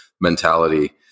mentality